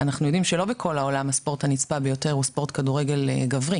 אנחנו יודעים שלא בכל העולם הספורט הנצפה ביותר הוא ספורט כדורגל גברי